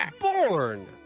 Born